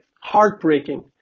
Heartbreaking